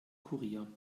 kurier